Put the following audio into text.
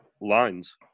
lines